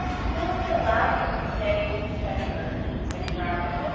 tools that allow you to stay centered and grounded.